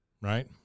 right